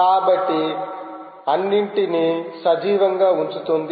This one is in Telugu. కాబట్టి అన్నింటిని సజీవంగా ఉంచుతుంది